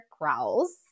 growls